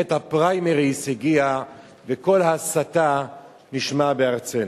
עת הפריימריס הגיעה וקול הסתה נשמע בארצנו.